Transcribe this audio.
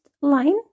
line